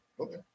okay